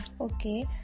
Okay